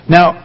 Now